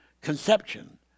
conception